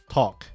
Talk，